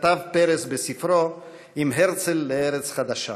כתב פרס בספרו "עם הרצל לארץ חדשה".